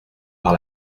par